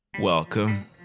Welcome